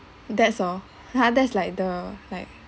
that's all ha that's like the like